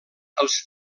els